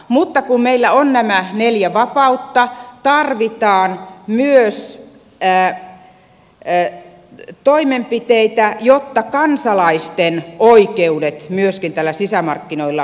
mutta kun meillä on nämä neljä vapautta tarvitaan myös toimenpiteitä jotta kansalaisten oikeudet myöskin täällä sisämarkkinoilla toteutuvat